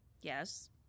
Yes